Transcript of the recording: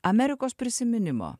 amerikos prisiminimo